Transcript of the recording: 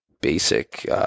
basic